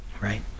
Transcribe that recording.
right